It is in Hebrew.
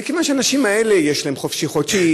מכיוון שלאנשים האלה יש "חופשי-חודשי",